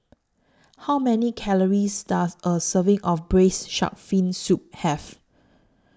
How Many Calories Does A Serving of Braised Shark Fin Soup Have